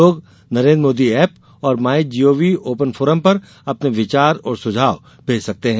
लोग नरेन्द्र मोदी एप और my G O V open forum पर अपने विचार और सुझाव भेज सकते हैं